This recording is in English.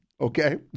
Okay